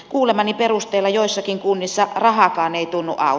kuulemani perusteella joissakin kunnissa rahakaan ei tunnu au